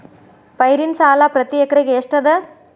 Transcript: ಪೈರಿನ ಸಾಲಾ ಪ್ರತಿ ಎಕರೆಗೆ ಎಷ್ಟ ಅದ?